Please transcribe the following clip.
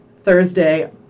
Thursday